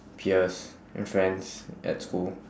peers and friends at school